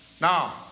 Now